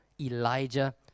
Elijah